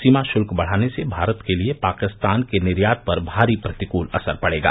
सीमा शुल्क बढ़ाने से भारत के लिए पाकिस्तान के निर्यात पर भारी प्रतिकूल असर पड़ेगा